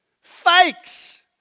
fakes